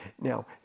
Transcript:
Now